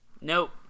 nope